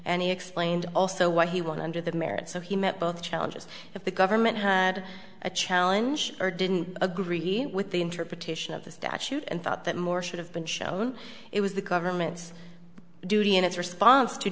and he explained also why he won under the merit so he met both challenges if the government had a challenge or didn't agree with the interpretation of the statute and thought that more should have been shown it was the government's duty in its response to